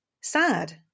sad